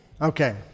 Okay